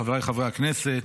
חבריי חברי הכנסת,